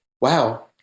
wow